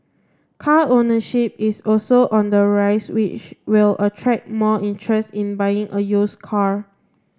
car ownership is also on the rise which will attract more interest in buying a used car